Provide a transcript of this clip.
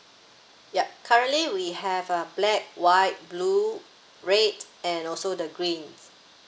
yup currently we have uh black white blue red and also the green